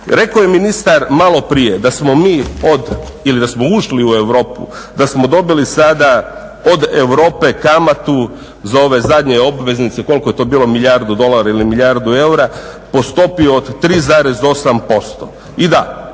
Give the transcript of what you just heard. Rekao je ministar maloprije da smo ušli u Europu, da smo dobili sada od Europe kamatu zakona za ove zadnje obveznice, koliko je to bilo milijardu dolara ili milijardu eura, po stopi od 3,8%. I da,